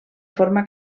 forma